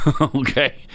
Okay